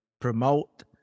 promote